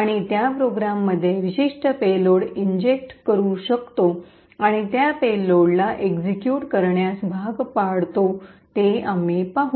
आणि त्या प्रोग्राममध्ये विशिष्ट पेलोड इंजेक्ट करू शकतो आणि त्या पेलोड ला एक्सिक्यूट करण्यास भाग पाडतो हे आम्ही पाहू